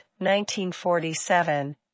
1947